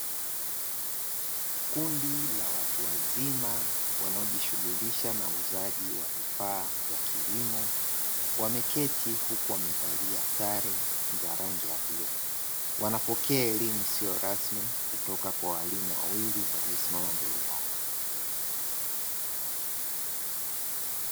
Kundi la watu wazima wanaojishughulisha na uuzaji wa vifaa vya kilimo wameketi huku wamevalia sare za rangi ya bluu. Wanapokea elimu isiyo rasmi kutoka kwa walimu wawili waliosimama mbele yao.